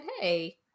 hey